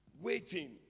waiting